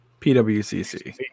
PWCC